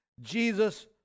Jesus